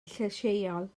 llysieuol